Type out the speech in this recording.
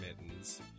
Mittens